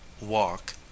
walk